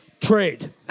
Trade